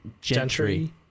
Gentry